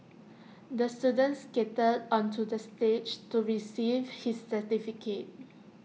the student skated onto the stage to receive his certificate